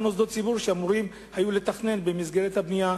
מוסדות ציבור שהיו אמורים לתכנן במסגרת הבנייה,